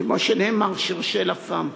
כמו שנאמר, Cherchez la femme.